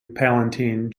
palatine